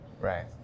Right